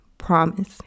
promise